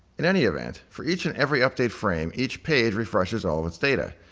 in any event, for each and every update frame each page refreshes all of its data.